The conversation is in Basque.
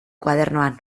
koadernoan